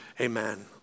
amen